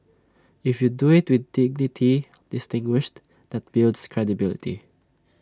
if you do IT with dignity distinguished that builds credibility